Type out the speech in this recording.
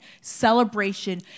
celebration